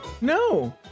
No